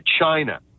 China